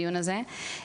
בדיון הזה.